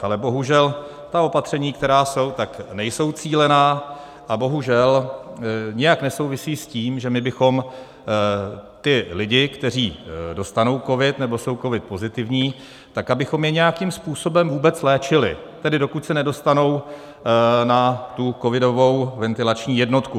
Ale bohužel ta opatření, která jsou, nejsou cílená, a bohužel nijak nesouvisí s tím, že my bychom ty lidi, kteří dostanou covid nebo jsou covid pozitivní, tak abychom je nějakým způsobem vůbec léčili, tedy dokud se nedostanou na covidovou ventilační jednotku.